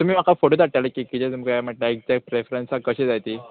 तुमी म्हाका फोटो धाडटाले केकेचे म्हटल्या एक्जेक्ट प्रेफ्रंसा कशी जाय ती